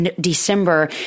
December